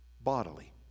bodily